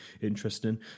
interesting